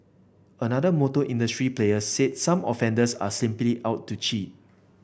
another motor industry player said some offenders are simply out to cheat